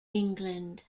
england